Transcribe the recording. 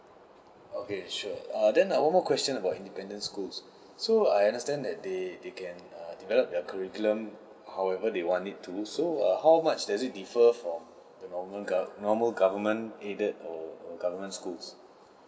okay sure uh then one more question about independent schools so I understand that they they can err develop their curriculum however they want it to so uh how much does it differ from the normal gover~ normal government aided or government schools